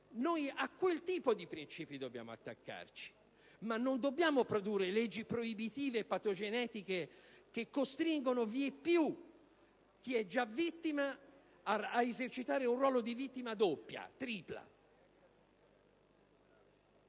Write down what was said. A quel tipo di princìpi dobbiamo attaccarci, ma non dobbiamo produrre leggi proibitive e patogenetiche che costringono vieppiù chi è già vittima ad esercitare un ruolo di vittima doppia o tripla.